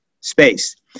space